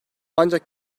ancak